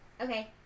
Okay